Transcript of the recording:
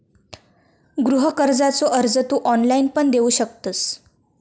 गृह कर्जाचो अर्ज तू ऑनलाईण पण देऊ शकतंस